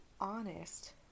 honest